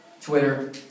Twitter